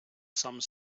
some